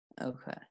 Okay